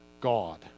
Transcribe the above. God